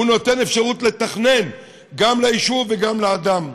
הוא נותן אפשרות לתכנן גם ליישוב וגם לאדם.